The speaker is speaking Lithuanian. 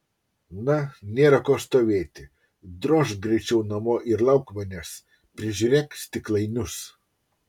na nėra ko stovėti drožk greičiau namo ir lauk manęs prižiūrėk stiklainius